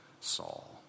Saul